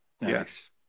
Yes